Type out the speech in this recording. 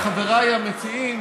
חבריי המציעים,